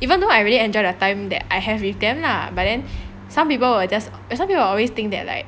even though I really enjoyed the time that I have with them lah but then some people will just some people will always think that like